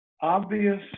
obvious